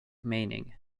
meaning